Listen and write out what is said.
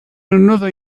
another